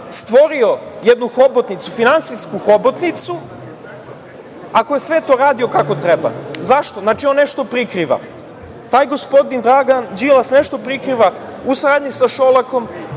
stvorio jednu hobotnicu, finansijsku hobotnicu, ako je sve to radio kako treba? Zašto? Znači, on nešto prikriva. Taj gospodin Dragan Đilas nešto prikriva, u saradnji sa Šolakom,